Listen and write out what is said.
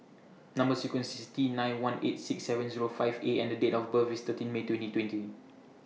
Number sequence IS T nine one eight six seven Zero five A and Date of birth IS thirteen May twenty twenty